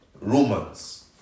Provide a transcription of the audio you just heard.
Romans